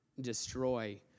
destroy